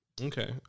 okay